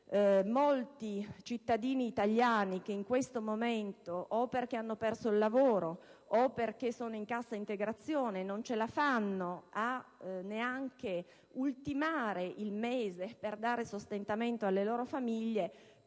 molti cittadini italiani che in questo momento, o perché hanno perso il lavoro o perché sono in cassa integrazione, non riescono neanche ad arrivare alla fine del mese per dare sostentamento alle loro famiglie,